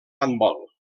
handbol